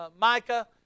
Micah